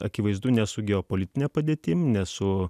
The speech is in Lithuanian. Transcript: akivaizdu ne su geopolitine padėtimi ne su